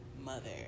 mother